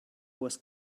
was